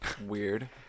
weird